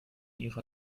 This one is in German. ihrer